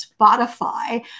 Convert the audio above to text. Spotify